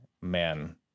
Man